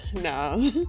No